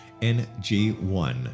NG1